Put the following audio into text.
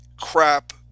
crap